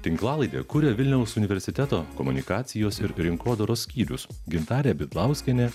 tinklalaidę kuria vilniaus universiteto komunikacijos ir rinkodaros skyrius gintarė bidlauskienė